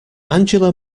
angela